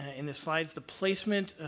in the slides, the placement,